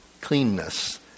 cleanness